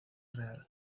real